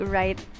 right